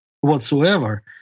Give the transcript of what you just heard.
whatsoever